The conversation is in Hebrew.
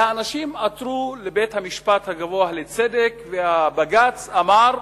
והאנשים עתרו לבית-המשפט הגבוה לצדק, ובג"ץ אמר: